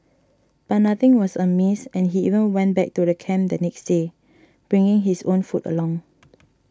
but nothing was amiss and he even went back to camp the next day bringing his own food along